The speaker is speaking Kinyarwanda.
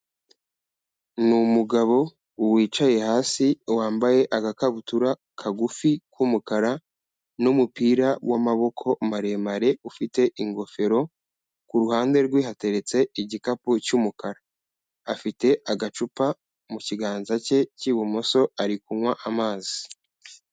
Ni umugabo wicaye hasi wambaye agakabutura kagufi k'umukara n'umupira w'amaboko maremare ufite ingofero, ku ruhande rwe hateretse igikapu cy'umukara. Afite agacupa mu kiganza cye cy'ibumoso ari kunywa amazi.